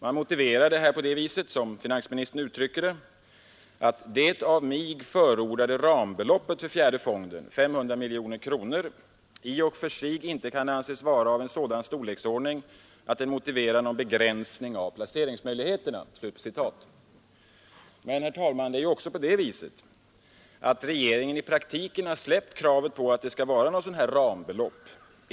Man motiverar detta på det viset, som finansministern uttryckt saken, ”att det av mig förordade rambeloppet för fjärde fonden, 500 milj.kr., i och för sig inte kan anses vara av sådan storleksordning att den motiverar någon begränsning av placeringsmöjligheterna”. Men, herr talman, det är ju också på det viset att regeringen i praktiken har släppt kravet på att det skall vara något sådant rambelopp.